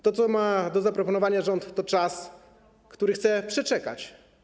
To, co ma do zaproponowania rząd, to czas, który chce przeczekać.